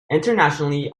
internationally